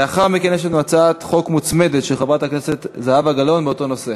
לאחר מכן יש לנו הצעת חוק מוצמדת של חברת הכנסת זהבה גלאון באותו נושא.